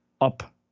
up